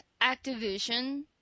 Activision